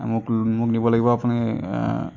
মোক নিব লাগিব আপুনি